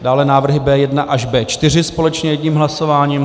Dále návrhy B1 až B4 společně jedním hlasováním.